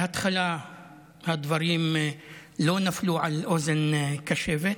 בהתחלה הדברים לא נפלו על אוזן קשבת,